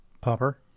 Popper